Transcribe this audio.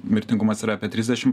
mirtingumas yra apie trisdešim